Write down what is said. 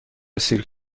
سیرک